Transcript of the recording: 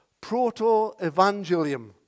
proto-evangelium